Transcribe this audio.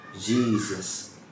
Jesus